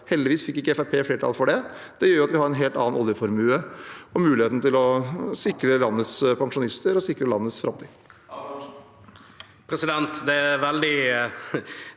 Heldigvis fikk ikke Fremskrittspartiet flertall for det, og det gjør jo at vi har en helt annen oljeformue og muligheten til å sikre landets pensjonister og sikre landets framtid.